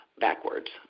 backwards